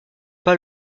pas